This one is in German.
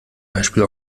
beispiel